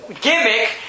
gimmick